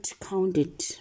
counted